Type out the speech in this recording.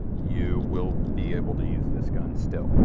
you will be able to use this gun still.